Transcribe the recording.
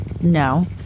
No